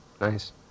nice